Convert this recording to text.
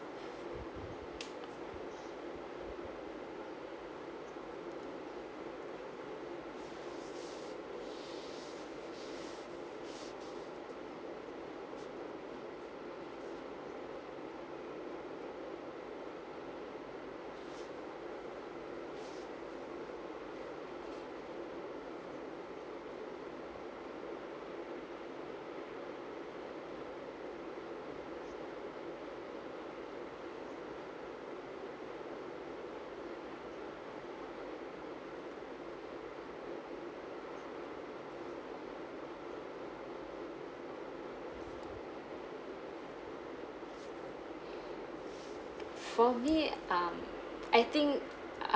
for me um I think uh